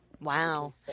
Wow